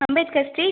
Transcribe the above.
Ambedkar street